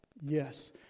Yes